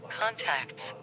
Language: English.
contacts